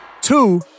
Two